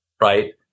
right